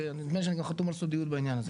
נדמה לי שאני גם חתום על סודיות בעניין הזה.